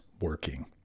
working